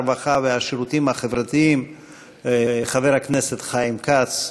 הרווחה והשירותים החברתיים חבר הכנסת חיים כץ.